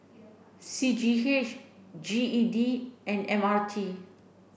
C G H G E D and M R T